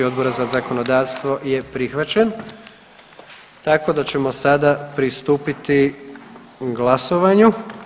Odbora za zakonodavstvo je prihvaćen, tako da ćemo sada pristupiti glasovanju.